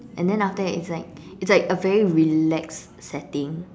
and then after that it's like it's like a very relaxed setting